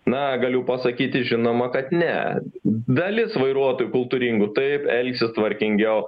na galiu pasakyti žinoma kad ne dalis vairuotojų kultūringų taip elgsis tvarkingiau